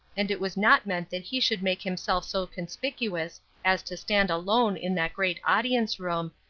and it was not meant that he should make himself so conspicuous as to stand alone in that great audience-room,